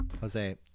Jose